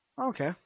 Okay